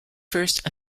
first